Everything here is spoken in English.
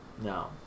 No